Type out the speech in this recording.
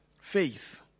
Faith